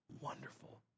wonderful